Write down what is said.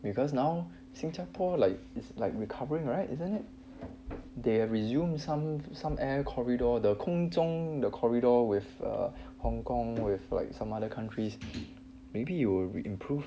because now 新加坡 like is like recovering right isn't it they resumed some some air corridor 的空中 the corridor with a hong kong with like some other countries maybe we will we improve